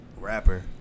rapper